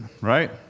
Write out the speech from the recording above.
right